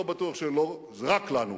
אני לא בטוח שרק לנו,